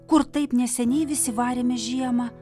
kur taip neseniai visi varėme žiemą